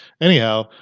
anyhow